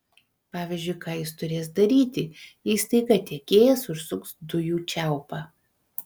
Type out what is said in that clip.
pavyzdžiui ką jis turės daryti jei staiga tiekėjas užsuks dujų čiaupą